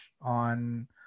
on